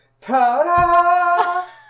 Ta-da